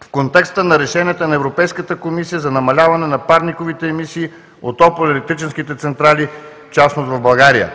в контекста на решенията на Европейската комисия за намаляване на парниковите емисии от топлоелектрическите централи в Европа, в частност в България“.